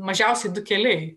mažiausiai du keliai